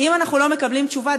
אם אנחנו לא מקבלים תשובה,